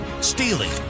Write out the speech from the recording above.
stealing